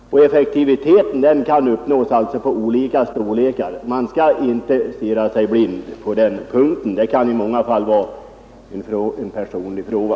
Effektiviteten kan åstadkommas på jordbruk av olika storlek. Man skall inte stirra sig blind på den punkten — det kan i många fall vara en personlig fråga.